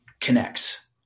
connects